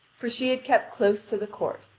for she had kept close to the court,